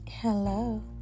hello